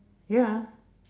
ya